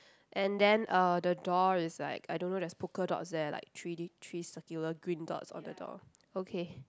and then uh the door is like I don't know there's polka dots there like three D three circular green dots on the door okay